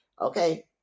okay